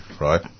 right